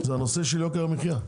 זה נושא יוקר המחיה.